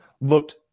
looked